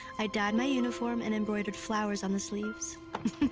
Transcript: i dyed my uniform and embroidered flowers on the sleeves.